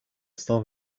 staf